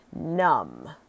numb